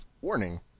Warning